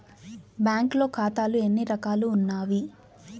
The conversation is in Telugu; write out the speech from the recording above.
బ్యాంక్లో ఖాతాలు ఎన్ని రకాలు ఉన్నావి?